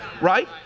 right